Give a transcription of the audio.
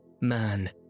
Man